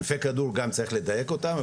ענפי כדור גם צריך לדייק אותם.